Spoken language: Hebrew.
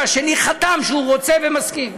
והשני חתם שהוא רוצה ומסכים.